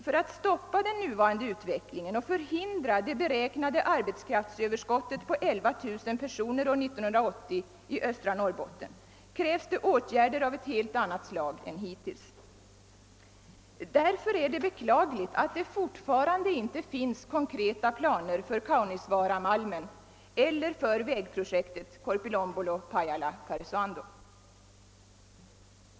För att stoppa den nuvarande utvecklingen och förhindra det beräknade arbetskraftsöverskottet på 11000 personer år 1980 i östra Norrbotten krävs det åtgärder av helt annat slag än hittills. Därför är det beklagligt att det fortfarande inte finns konkreta planer för Kaunisvaaramalmen eller för vägprojektet Korpilombolo—Pajala—Karesuando.